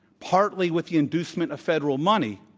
partly with the inducement of federal money,